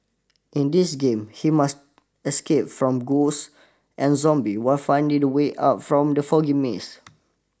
in this game he must escape from ghosts and zombie while finding the way out from the foggy maze